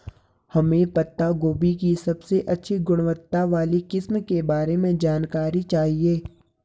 हमें पत्ता गोभी की सबसे अच्छी गुणवत्ता वाली किस्म के बारे में जानकारी चाहिए?